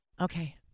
Okay